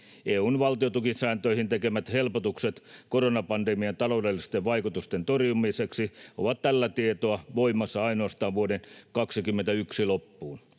EU:n valtiontukisääntöihin tekemät helpotukset koronapandemian taloudellisten vaikutusten torjumiseksi ovat tällä tietoa voimassa ainoastaan vuoden 21 loppuun.